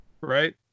right